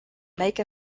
make